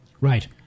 Right